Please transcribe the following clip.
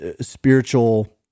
spiritual